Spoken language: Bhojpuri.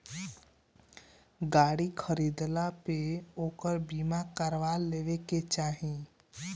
गाड़ी खरीदला पे ओकर बीमा करा लेवे के चाही